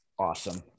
awesome